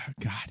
God